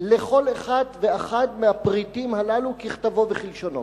על כל אחד ואחד מהפריטים הללו ככתבו וכלשונו.